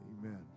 Amen